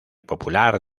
popular